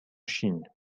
chine